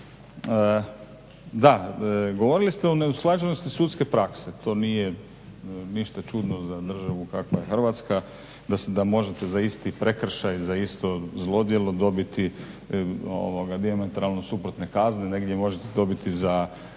Da, govorili ste o neusklađenosti sudske prakse, to nije ništa čudno za državu kakva je Hrvatska, da možete za isti prekršaj, za isto zlodjelo dobiti dijametralno suprotne kazne, negdje možete dobiti za